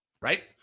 right